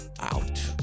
out